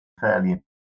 fairly